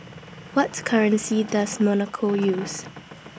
What currency Does Monaco use